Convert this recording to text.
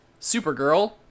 supergirl